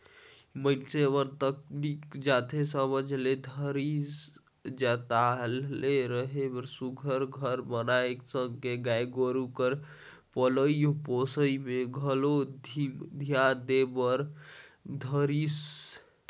मइनसे मन तनिक जाने समझे ल धरिस ताहले रहें बर सुग्घर घर बनाए के संग में गाय गोरु कर पलई पोसई में घलोक धियान दे बर धरिस